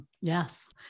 Yes